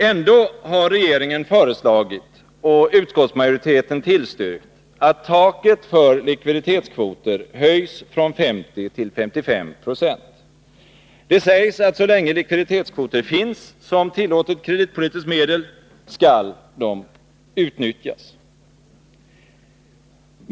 Ändå har regeringen föreslagit och utskottsmajoriteten tillstyrkt att taket för likviditetskvoter skall höjas från 50 till 55 96. Det sägs, att så länge likviditetskvoter finns som tillåtet kreditpolitiskt medel skall de utnyttjas.